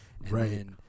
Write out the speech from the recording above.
Right